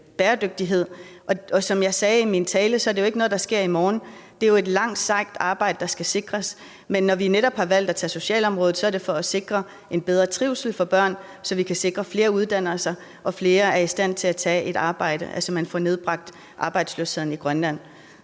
Og som jeg sagde i min tale, er det jo ikke noget, der sker i morgen. Det er et langt, sejt arbejde, der skal sikres. Men når vi netop har valgt at tage socialområdet, er det for at sikre en bedre trivsel for børnene, så vi kan sikre, at flere uddanner sig og flere er i stand til at tage et arbejde, så vi får nedbragt arbejdsløsheden i Grønland.